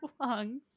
lungs